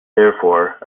therefore